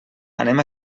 anem